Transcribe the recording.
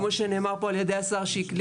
כמו שנאמר פה על ידי השר שיקלי,